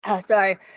Sorry